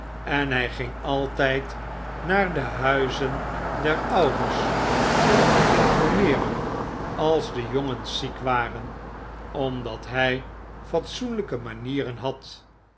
en hij ging altijd naar de huizen der ouders om te informeeren als de jongens ziek waren omdat hy fatsoenlijke manieren had